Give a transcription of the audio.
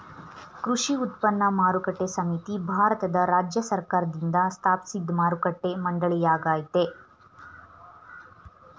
ಕೃಷಿ ಉತ್ಪನ್ನ ಮಾರುಕಟ್ಟೆ ಸಮಿತಿ ಭಾರತದ ರಾಜ್ಯ ಸರ್ಕಾರ್ದಿಂದ ಸ್ಥಾಪಿಸಿದ್ ಮಾರುಕಟ್ಟೆ ಮಂಡಳಿಯಾಗಯ್ತೆ